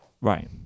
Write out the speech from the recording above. right